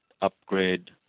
upgrade